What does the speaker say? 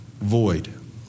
void